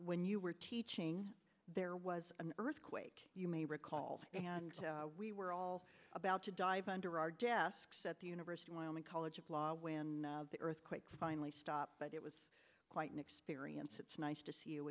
when you were teaching there was an earthquake you may recall we were all about to dive under our desks at the university while in college of law when the earthquake finally stopped but it was quite an experience it's nice to see you